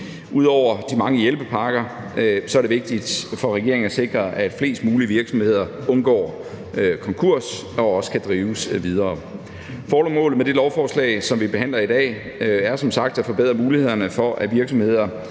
Ud over de mange hjælpepakker er det vigtigt for regeringen at sikre, at flest mulige virksomheder undgår konkurs og også kan drives videre. Formålet med det lovforslag, som vi behandler i dag, er som sagt at forbedre mulighederne for, at virksomheder,